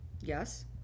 yes